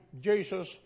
Jesus